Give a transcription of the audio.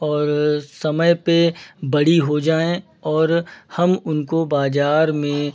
और समय पे बड़ी हो जाएँ और हम उनको बाज़ार में